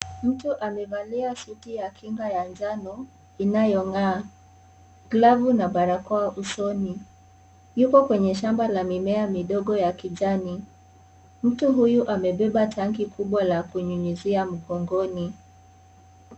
Mtu amevalia suti ya kinga ya njano inayo n'gaa glavu na barakoa usoni. Yupo kwenye shamba la mimea midogo ya kijani, Mtu huyu amebeba tanki kubwa la kunyunyuzia mgongoni.